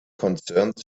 concerned